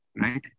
right